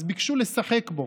אז ביקשו לשחק בו.